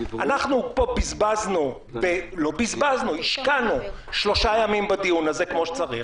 אנחנו פה בזבזנו לא בזבזנו השקענו שלושה ימים בדיון הזה כמו שצריך,